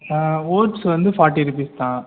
oats வந்து fatty ரூபீஸ் தான்